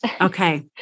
Okay